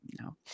No